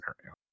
scenario